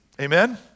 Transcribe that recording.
Amen